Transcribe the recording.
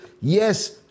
yes